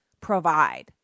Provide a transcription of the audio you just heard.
provide